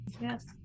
Yes